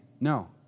No